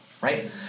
right